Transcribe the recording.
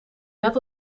net